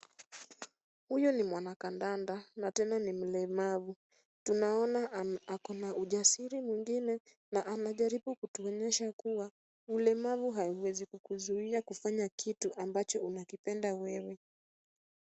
Huyu ni mwana kandanda na tena ni mlemavu. Tunaona ako na ujasiri mwingine na anajaribu kutuonyesha kuwa ulemavu haiwezi kukuzuia kufanya kitu ambacho unakipenda wewe.